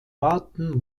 warten